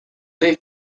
they